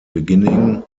beginning